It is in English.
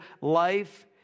life